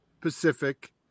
Pacific